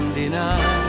deny